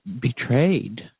betrayed